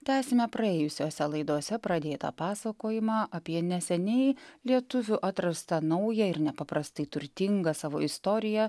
tęsime praėjusiose laidose pradėtą pasakojimą apie neseniai lietuvių atrastą naują ir nepaprastai turtingą savo istorija